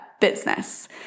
business